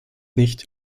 nicht